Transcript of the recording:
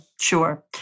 Sure